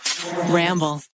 Ramble